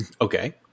Okay